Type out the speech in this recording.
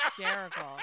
hysterical